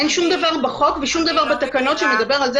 אין שום דבר בחוק ושום דבר בתקנות שמדבר על זה